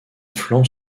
flanc